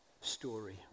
story